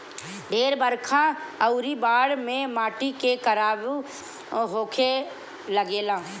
ढेर बरखा अउरी बाढ़ से माटी के कटाव होखे लागेला